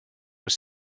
was